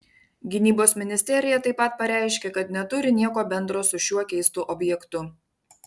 gynybos ministerija taip pat pareiškė kad neturi nieko bendro su šiuo keistu objektu